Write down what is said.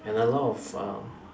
and a lot of uh